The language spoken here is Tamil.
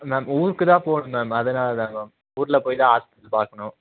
மேம் ஊருக்கு தான் போகணும் மேம் அதனால்தாங்க மேம் ஊரில் போயி தான் ஹாஸ்பிட்டல் பார்க்கணும்